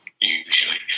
usually